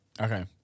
Okay